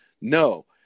no